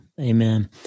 Amen